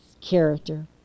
character